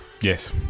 Yes